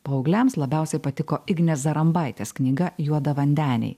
paaugliams labiausiai patiko ignės zarambaitės knyga juodavandeniai